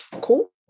cool